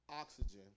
oxygen